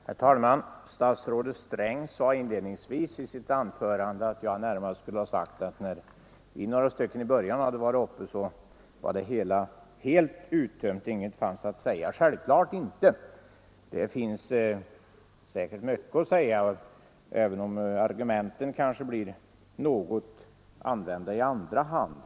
Herr talman! Statsrådet Sträng sade inledningsvis i sitt anförande att jag närmast skulle ha sagt att inget skulle finnas att tillägga när några av oss som talade i början av debatten hade gjort våra inlägg. Det sade jag självfallet inte. Det finns säkert mycket att säga, även om argumenten kanske kan verka något använda när de används i andra hand.